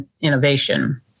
innovation